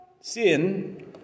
Sin